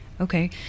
Okay